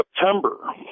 September